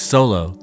Solo